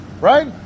right